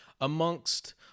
amongst